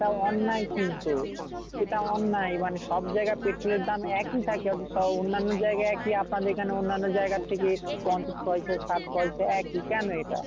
এটা অন্যায় কিন্তু এটা অন্যায় মানে সব জায়গায় পেট্রোলের দাম একই থাকে অথ সব অন্যান্য জায়গায় একই আপনাদের এখানে অন্যান্য জায়গার থেকে পঞ্চাশ পয়সা ষাট পয়সা একই কেনো এটা